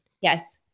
Yes